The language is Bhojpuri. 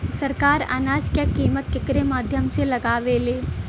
सरकार अनाज क कीमत केकरे माध्यम से लगावे ले?